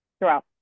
throughout